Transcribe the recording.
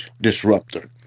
disruptor